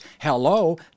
Hello